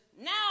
Now